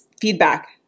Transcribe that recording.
feedback